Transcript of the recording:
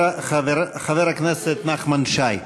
חבר הכנסת נחמן שי.